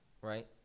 right